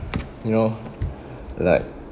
you know like